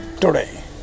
today